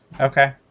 Okay